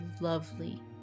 lovely